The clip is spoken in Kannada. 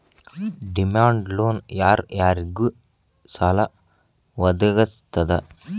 ಡಿಮಾಂಡ್ ಲೊನ್ ಯಾರ್ ಯಾರಿಗ್ ಸಾಲಾ ವದ್ಗಸ್ತದ?